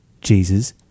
Jesus